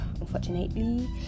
unfortunately